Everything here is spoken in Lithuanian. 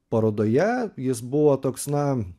parodoje jis buvo toks na